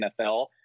NFL